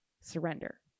surrender